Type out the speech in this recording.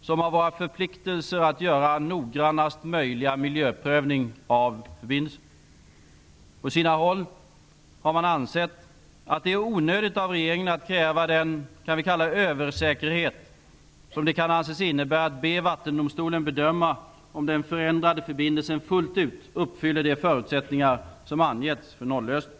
som av våra förpliktelser att göra noggrannast möjliga miljöprövning av förbindelsen. På sina håll har man ansett att det är onödigt av regeringen att kräva den ''översäkerhet'' som det kan anses innebära att be Vattendomstolen bedöma om den förändrade förbindelsen fullt ut uppfyller de förutsättningar som angetts för nollösningen.